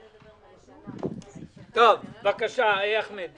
בבקשה, אחמד.